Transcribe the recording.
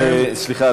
סליחה,